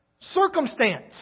circumstance